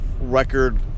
record